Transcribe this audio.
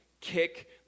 kick